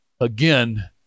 again